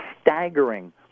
staggering